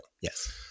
Yes